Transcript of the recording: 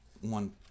one